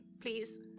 please